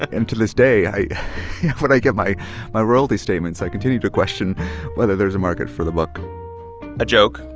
until this day, i when i get my my royalty statements, i continue to question whether there's a market for the book a joke,